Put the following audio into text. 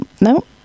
No